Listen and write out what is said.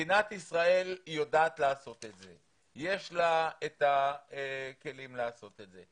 מדינת ישראל יודעת לעשות את זה ויש לה את הכלים לעשות את זה.